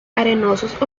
arenosos